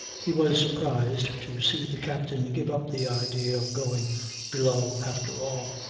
he was surprised to see the captain give up the idea of going below after all.